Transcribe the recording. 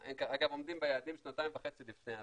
אגב, הם עומדים ביעדים שנתיים וחצי לפני הזמן.